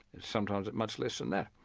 sometimes much less than that.